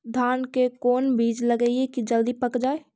धान के कोन बिज लगईयै कि जल्दी पक जाए?